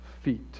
feet